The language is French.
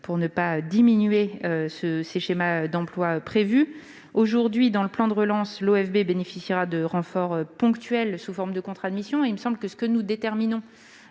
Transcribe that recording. pour ne pas diminuer les schémas d'emplois prévus. Aujourd'hui, dans le plan de relance, l'OFB bénéficiera de renforts ponctuels sous forme de contrats de mission. À mes yeux, les projets que nous déterminons